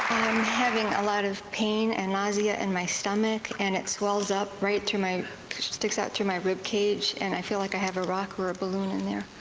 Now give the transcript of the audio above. having a lot of pain and nausea in my stomach, and it swells up right through my sticks out through my rib cage, and i feel like i have a rock or a balloon in there.